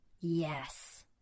Yes